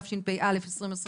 תשפ"א 2021